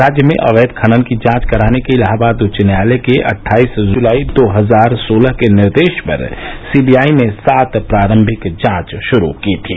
राज्य में अवैध खनन की जांच कराने के इलाहाबाद उच्च न्यायालय के अट्ठाईस जुलाई दो हजार सोलह के निर्देश पर सीबीआई ने सात प्रारम्भिक जांच शुरू की थी